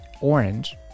orange